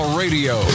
radio